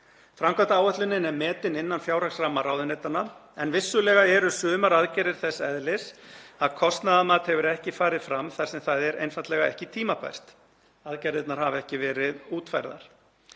Framkvæmdaáætlunin er metin innan fjárhagsramma ráðuneytanna en vissulega eru sumar aðgerðir þess eðlis að kostnaðarmat hefur ekki farið fram þar sem það er einfaldlega ekki tímabært, aðgerðirnar hafa ekki verið útfærðar.